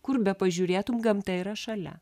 kur bepažiūrėtum gamta yra šalia